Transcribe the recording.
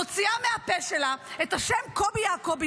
מוציאה מהפה שלה את השם "קובי יעקובי",